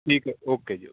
ਠੀਕ ਹੈ ਓਕੇ ਜੀ ਓਕੇ